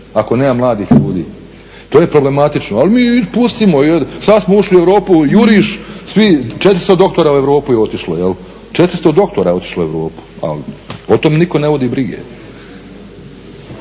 ako nema mladih ljudi? To je problematično. Ali mi pustimo, jer sad smo ušli u Europu juriš, svi, 400 doktora je u Europu otišlo. 400 doktora je otišlo u Europu, ali o tome nitko ne vodi brige.